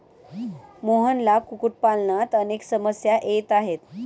मोहनला कुक्कुटपालनात अनेक समस्या येत आहेत